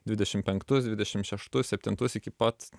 dvidešim penktus dviedešim šeštus septintus iki pat